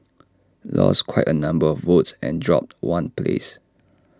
lost quite A number of votes and dropped one place